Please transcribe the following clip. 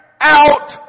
out